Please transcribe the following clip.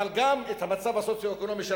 אבל גם את המצב הסוציו-אקונומי של